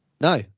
No